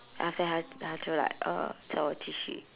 after 她她就 like uh 叫我继续